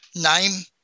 name